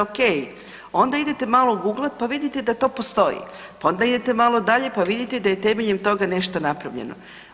Onda idete malo guglati pa vidite da to postoji, pa onda idete malo dalje pa vidite da je temeljem toga nešto napravljeno.